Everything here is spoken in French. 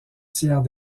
tiers